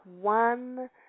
one